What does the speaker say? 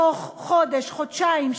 תוך חודש-חודשיים,